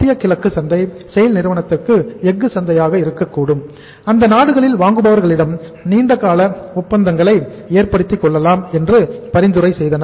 மத்தியகிழக்கு சந்தை SAIL நிறுவனத்திற்கு எஃகு சந்தையாக இருக்கக்கூடும் அந்த நாடுகளில் வாங்குபவர்களிடம் நீண்டகால ஒப்பந்தங்களை ஏற்படுத்திக் கொள்ளலாம் என்று பரிந்துரை செய்தனர்